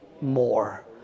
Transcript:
more